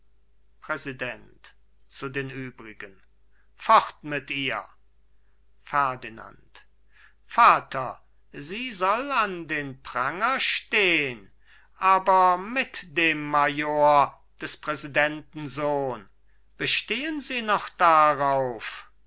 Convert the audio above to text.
übrigen fort mit ihr ferdinand vater sie soll an den pranger stehen aber mit dem major des präsidenten sohn bestehen sie noch darauf